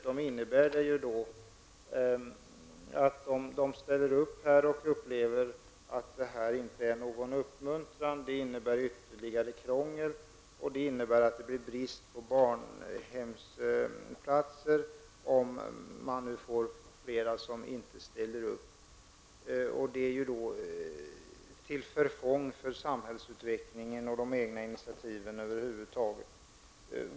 Om de ställer upp och upplever att de inte får någon uppmuntran utan ytterligare krångel och slutar, innebär det dessutom att det blir brist på dagbarnvårdare. Man kan få flera som inte ställer upp. Det är till förfång för samhällsutvecklingen och de egna initiativen över huvud taget.